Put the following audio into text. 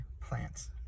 plants